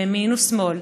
ימין ושמאל,